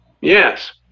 Yes